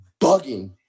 bugging